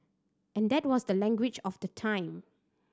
and that was the language of the time